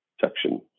section